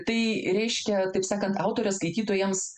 tai reiškia taip sakant autorė skaitytojams